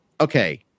okay